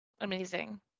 Amazing